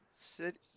sit